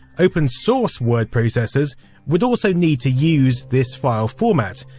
open source word processors would also need to use this file format,